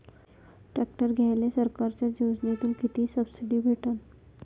Tractor घ्यायले सरकारच्या योजनेतून किती सबसिडी भेटन?